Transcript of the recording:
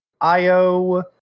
Io